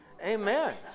Amen